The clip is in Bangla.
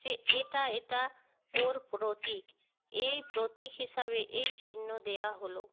যে এটা এটা ওর প্রতীক এই প্রতীক হিসাবে এই চিহ্ন দেওয়া হল